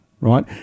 right